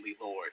Lord